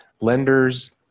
lenders